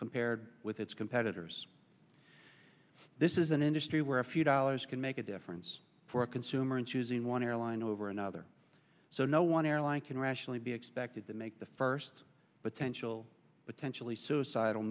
compared with its competitors this is an industry where a few dollars can make a difference for a consumer in choosing one airline over another so no one airline can rationally be expected to make the first but sensual potentially suicidal